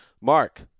Mark